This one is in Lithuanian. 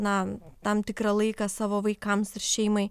na tam tikrą laiką savo vaikams ir šeimai